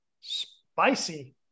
spicy